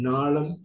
Nalam